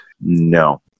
No